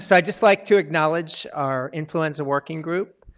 so i'd just like to acknowledge our influenza working group.